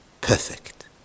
perfect